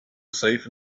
safe